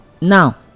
now